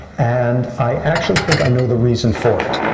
and i actually think i know the reason for it.